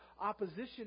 opposition